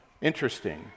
Interesting